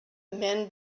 men